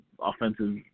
offensive